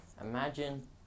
imagine